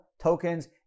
tokens